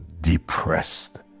depressed